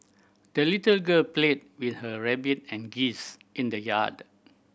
the little girl played with her rabbit and geese in the yard